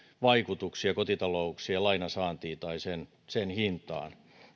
vaikutuksia kotitalouksien lainansaantiin tai sen sen hintaan